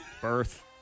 birth